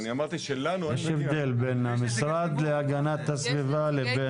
יש הבדל בין המשרד להגנת הסביבה לבין